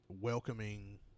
welcoming